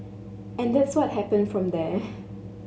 and that's what happened from there